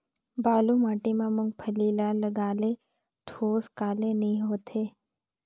बालू माटी मा मुंगफली ला लगाले ठोस काले नइ होथे?